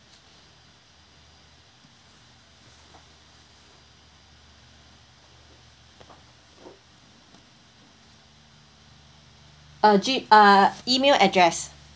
uh G uh email address